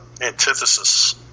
antithesis